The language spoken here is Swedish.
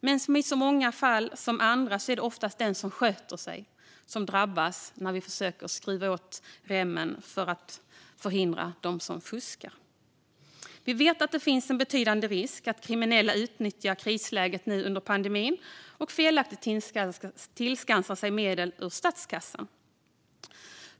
Men som i så många andra fall är det oftast den som sköter sig som drabbas när vi försöker att dra åt skruvarna för att hindra dem som fuskar. Vi vet att det finns en betydande risk för att kriminella utnyttjar krisläget under pandemin och felaktigt tillskansar sig medel ur statskassan.